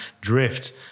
drift